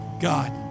God